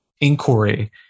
inquiry